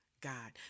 God